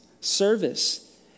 service